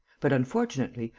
but, unfortunately,